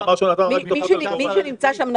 הוא אמר שהוא נתן רק דוחות על --- מי שנמצא שם,